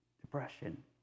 depression